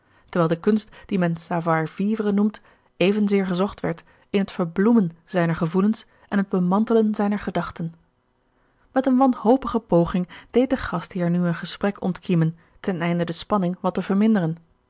terwijl de kunst die men savoir vivre noemt evenzeer gezocht werd in het verbloemen zijner george een ongeluksvogel gevoelens en het bemantelen zijner gedachten met eene wanhopige poging deed de gastheer nu een gesprek ontkiemen ten einde de spanning wat te verminderen